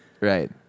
Right